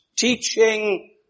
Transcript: teaching